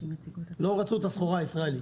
לא רצו את הסחורה הישראלית.